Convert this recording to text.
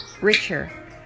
richer